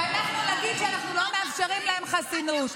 ואנחנו נגיד שאנחנו לא מאפשרים להם חסינות.